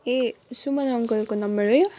ए सुमन अङ्कलको नम्बर है